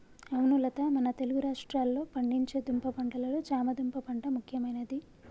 అవును లత మన తెలుగు రాష్ట్రాల్లో పండించే దుంప పంటలలో చామ దుంప పంట ముఖ్యమైనది